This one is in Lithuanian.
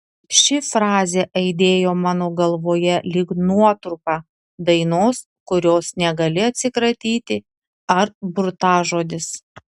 ši frazė aidėjo mano galvoje lyg nuotrupa dainos kurios negali atsikratyti ar burtažodis